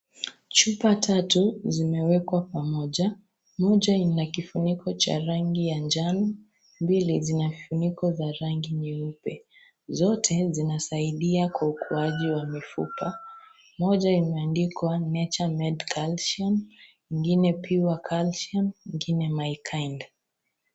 Chupa tatu zimewekwa pamoja , moja ina kifunicho cha rangi ya njano mbili zina vifuniko vya rangi nyeupe zote zinasaidia kwa uokoaji wa mifupa. Moja imeandikwa nature made calcium ingine pure calcium na ingine my kind .